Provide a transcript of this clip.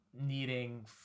needing